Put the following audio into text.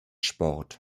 sport